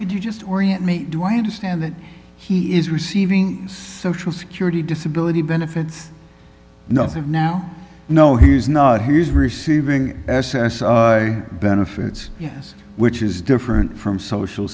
you just orient me do i understand that he is receiving social security disability benefits nothing now no he's not he's receiving s s i benefits yes which is different from social